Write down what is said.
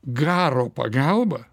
garo pagalba